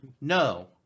No